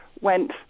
went